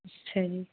ਅੱਛਾ ਜੀ